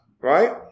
right